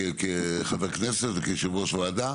כחבר כנסת וכיושב-ראש ועדה,